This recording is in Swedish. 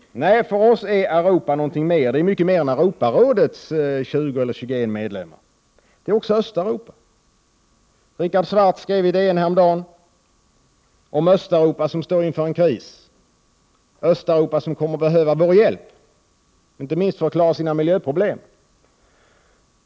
Nej, för oss är Europa mycket mer. Det är mycket mer än Europarådets 21 medlemsländer. Det är också Östeuropa. Richard Swartz skrev i Dagens Nyheter häromdagen om Östeuropa som står inför en kris, om Östeuropa som kommer att behöva vår hjälp, inte minst för att klara sina miljöproblem.